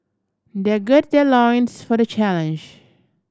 their gird their loins for the challenge